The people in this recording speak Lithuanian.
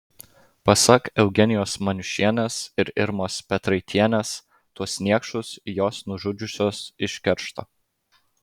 pasak eugenijos maniušienės ir irmos petraitienės tuos niekšus jos nužudžiusios iš keršto